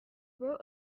wrote